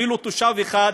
אפילו תושב אחד,